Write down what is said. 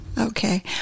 Okay